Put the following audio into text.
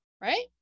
right